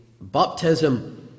baptism